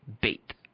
bait